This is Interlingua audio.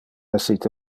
essite